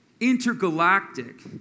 intergalactic